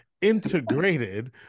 integrated